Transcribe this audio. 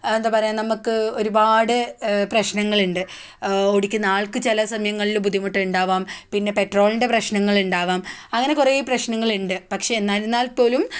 എന്താ പറയാ നമുക്ക് ഒരുപാട് പ്രശ്നങ്ങളുണ്ട് ഓടിക്കുന്ന ആൾക്ക് ചില സമയങ്ങളിൽ ബുദ്ധിമുട്ട് ഉണ്ടാവാം പിന്നെ പെട്രോളിൻ്റെ പ്രശ്നങ്ങൾ ഉണ്ടാവാം അങ്ങനെ കുറെ പ്രശ്നങ്ങൾ ഉണ്ട് പക്ഷേ എന്നിരുന്നാൽ പോലും